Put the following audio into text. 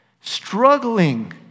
struggling